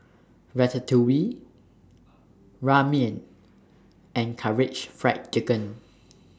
Ratatouille Ramen and Karaage Fried Chicken